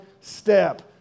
step